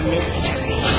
Mystery